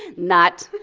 not